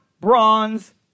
bronze